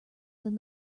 than